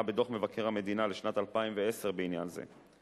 בדוח מבקר המדינה לשנת 2010 בעניין זה.